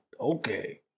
okay